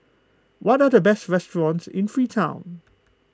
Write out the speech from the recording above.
what are the best restaurants in Freetown